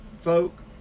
folk